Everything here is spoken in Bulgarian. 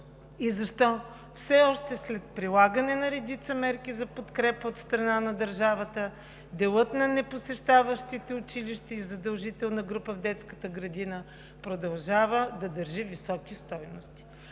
Защо все още след прилагане на редица мерки за подкрепа от страна на държавата делът на непосещаващите училище и задължителна група в детската градина продължава да държи високи стойности?